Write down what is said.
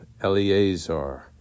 Eleazar